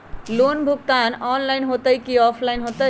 Loan भुगतान online होतई कि ऑफलाइन होतई?